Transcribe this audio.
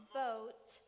boat